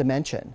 dimension